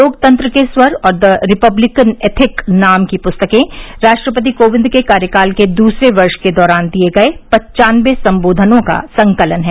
लोकतंत्र के स्वर और द रिपब्लिकन एथिक नाम की पुस्तके राष्ट्रपति कोविंद के कार्यकाल के दूसरे वर्ष के दौरान दिये गये पन्वानबे संबोधनों का संकलन हैं